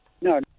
No